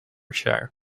chair